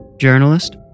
Journalist